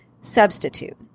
substitute